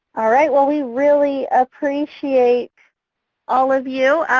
all right, well we really appreciate all of you.